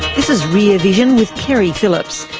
this is rear vision with keri phillips.